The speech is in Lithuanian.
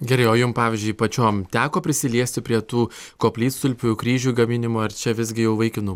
gerai o jum pavyzdžiui pačiom teko prisiliesti prie tų koplytstulpių kryžių gaminimo ar čia visgi jau vaikinų